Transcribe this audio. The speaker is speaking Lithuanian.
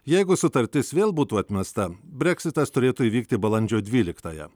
jeigu sutartis vėl būtų atmesta breksitas turėtų įvykti balandžio dvyliktąją